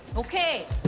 ok.